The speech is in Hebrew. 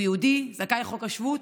הוא יהודי, זכאי חוק השבות,